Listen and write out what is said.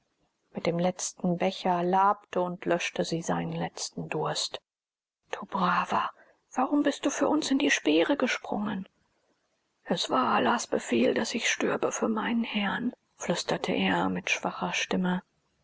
mit dem letzten becher labte und löschte sie seinen letzten durst du braver warum bist du für uns in die speere gesprungen es war allahs befehl daß ich stürbe für meinen herrn flüsterte er mit schwacher stimme